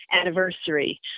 anniversary